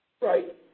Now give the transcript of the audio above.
Right